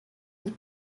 une